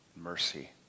mercy